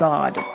God